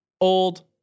old